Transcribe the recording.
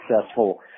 successful